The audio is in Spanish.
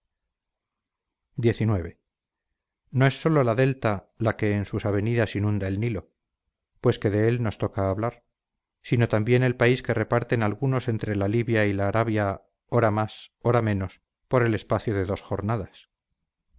xix no es sólo la delta la que en sus avenidas inunda el nilo pues que de él nos toca hablar sino también el país que reparten algunos entre la libia y la arabia ora más ora menos por el espacio de dos jornadas